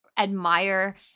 admire